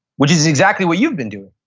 which is exactly what you've been doing.